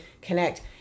connect